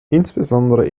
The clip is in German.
insbesondere